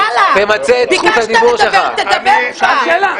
ביקשת לדבר תדבר כבר.